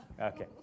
Okay